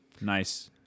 nice